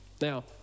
Now